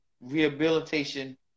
Rehabilitation